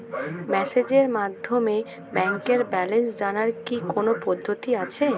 মেসেজের মাধ্যমে ব্যাংকের ব্যালেন্স জানার কি কোন পদ্ধতি আছে?